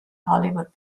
hollywood